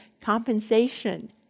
compensation